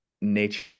nature